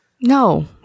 No